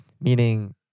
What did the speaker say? meaning